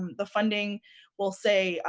the funding will say,